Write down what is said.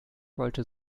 wollte